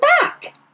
back